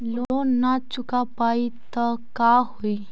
Loan न चुका पाई तब का होई?